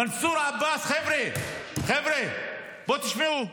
מנסור עבאס, חבר'ה, בואו תשמעו.